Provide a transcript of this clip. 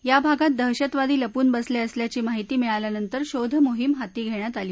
या भागात दहशतवादी लपून बसले असल्याची माहिती मिळाल्यानंतर शोध मोहीम हाती घेण्यात आली